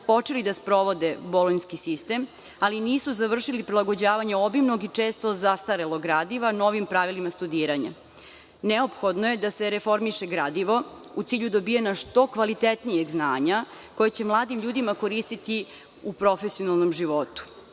počeli da sprovode bolonjski sistem, ali nisu završili prilagođavanje obimnog i često zastarelog gradiva novim pravilima studiranja. Neophodno je da se reformiše gradivo u cilju dobijanja što kvalitetnijeg znanja, koje će mladim ljudima koristiti u profesionalnom životu.